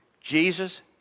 Jesus